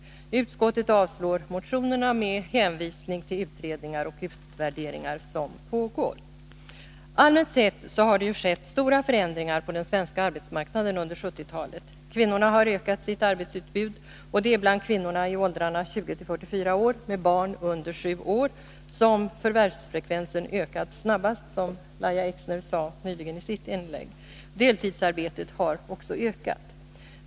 Utskottet avstyrker motionerna med hänvisning till utredningar och utvärderingar som pågår. Allmänt sett har det skett stora förändringar på den svenska arbetsmarknaden under 1970-talet. Kvinnorna har ökat sitt arbetsutbud, och det är bland kvinnorna i åldrarna 20-44 år med barn under 7 år som förvärvsfrekvensen ökat snabbast, som Lahja Exner sade i sitt inlägg nyss. Deltidsarbetet har ockå ökat.